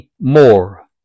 More